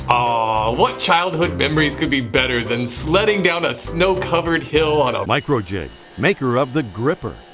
aww, what childhood memories could be better than sledding down a snow-covered hill on a microjig. maker of the grr-ripper.